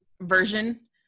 version